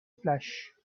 flesh